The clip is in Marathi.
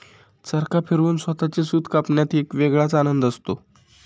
चरखा फिरवून स्वतःचे सूत कापण्यात एक वेगळाच आनंद असतो